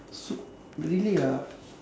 su~ really ah